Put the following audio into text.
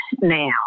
now